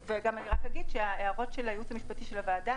להגיד שההערות של הייעוץ המשפטי של הוועדה